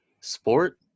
sport